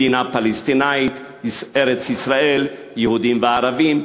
מדינה פלסטינית, ארץ-ישראל, יהודים וערבים.